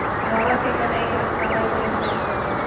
रहर के कटाई के बाद सफाई करेके तरीका बताइ?